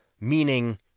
meaning